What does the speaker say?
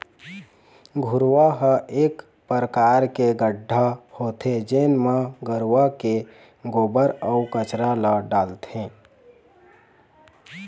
घुरूवा ह एक परकार के गड्ढ़ा होथे जेन म गरूवा के गोबर, अउ कचरा ल डालथे